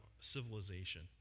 civilization